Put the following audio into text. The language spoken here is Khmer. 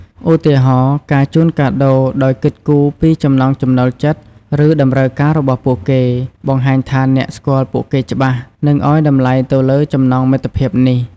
ឧទាហរណ៍ ការជូនកាដូដោយគិតគូរពីចំណង់ចំណូលចិត្ត ឬតម្រូវការរបស់ពួកគេ បង្ហាញថាអ្នកស្គាល់ពួកគេច្បាស់ និងឲ្យតម្លៃទៅលើចំណងមិត្តភាពនេះ។